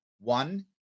One